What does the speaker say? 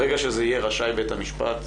ברגע שזה יהיה "רשאי בית המשפט",